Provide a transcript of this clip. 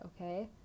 okay